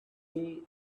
way